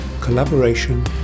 collaboration